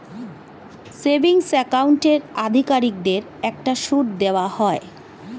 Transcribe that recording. savings অ্যাকাউন্টের অধিকারীদেরকে একটা সুদ দেওয়া হয়